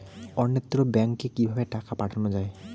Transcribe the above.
অন্যত্র ব্যংকে কিভাবে টাকা পাঠানো য়ায়?